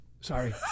sorry